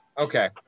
Okay